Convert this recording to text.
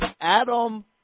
Adam